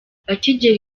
akigera